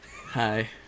Hi